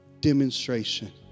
demonstration